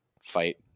fight